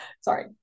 Sorry